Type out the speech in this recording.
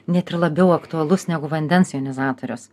net ir labiau aktualus negu vandens jonizatorius